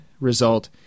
result